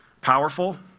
powerful